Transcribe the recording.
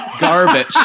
Garbage